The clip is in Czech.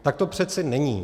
Tak to přece není.